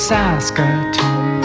Saskatoon